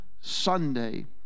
Sunday